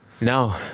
No